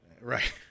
Right